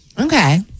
okay